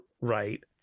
right